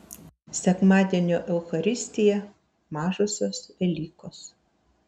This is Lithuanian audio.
sekmadienio eucharistija mažosios velykos